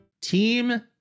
Team